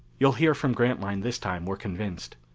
you'll hear from grantline this time, we're convinced.